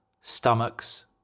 stomachs